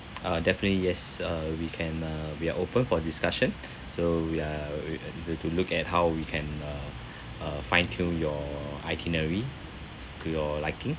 uh definitely yes uh we can uh we are open for discussion so we are uh to~ to look at how we can uh uh find till your itinerary to your liking